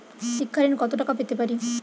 শিক্ষা ঋণ কত টাকা পেতে পারি?